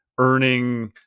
Earning